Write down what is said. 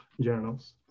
journals